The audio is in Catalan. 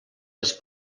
les